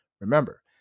Remember